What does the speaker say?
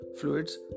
fluids